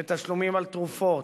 תשלומים על תרופות,